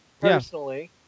personally